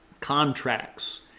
contracts